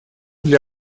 для